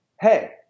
hey